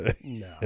No